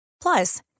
Plus